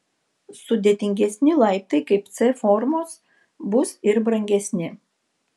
sudėtingesni laiptai kaip c formos bus ir brangesni